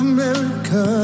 America